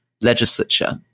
legislature